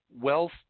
wealth